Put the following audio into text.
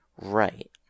Right